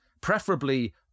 preferably